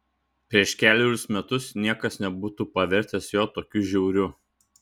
prieš kelerius metus niekas nebūtų pavertęs jo tokiu žiauriu